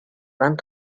vingt